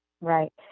Right